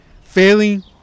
failing